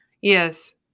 yes